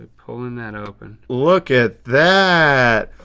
pulling that open. look at that.